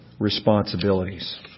Responsibilities